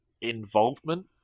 involvement